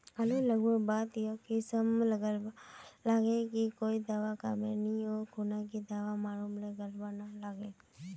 आलू लगवार बात ए किसम गलवा लागे की कोई दावा कमेर नि ओ खुना की दावा मारूम जे गलवा ना लागे?